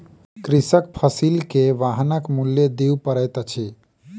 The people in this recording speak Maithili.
कृषकक फसिल के वाहनक मूल्य दिअ पड़ैत अछि